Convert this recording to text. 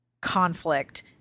conflict